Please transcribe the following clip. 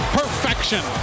perfection